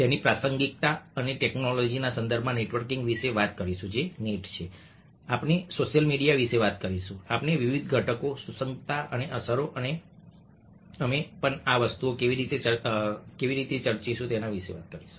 તેની પ્રાસંગિકતા આપણે ટેક્નોલોજીના સંદર્ભમાં નેટવર્કિંગ વિશે વાત કરીશું જે નેટ છે આપણે સોશિયલ મીડિયા વિશે વાત કરીશું તેમના વિવિધ ઘટકો સુસંગતતા અને અસરો અને અમે પણ આ વસ્તુઓ કેવી રીતે ચર્ચા કરીશું